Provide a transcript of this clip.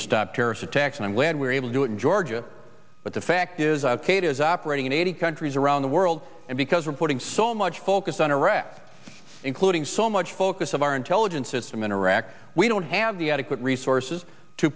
to stop terrorist attacks and i'm glad we're able to do it in georgia but the fact is a kate is operating in eighty countries around the world and because we're putting so much focus on iraq including so much focus of our intelligence system in iraq we don't have the adequate resources to